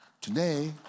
Today